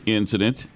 incident